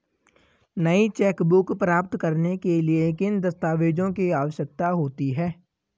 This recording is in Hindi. नई चेकबुक प्राप्त करने के लिए किन दस्तावेज़ों की आवश्यकता होती है?